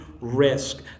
risk